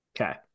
okay